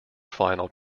final